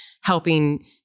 helping